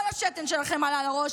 כל השתן שלכם עלה לראש.